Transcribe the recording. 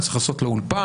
אני צריך לעשות לו אולפן,